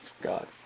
God